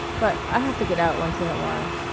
but i have to get out once in a while.